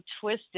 twisted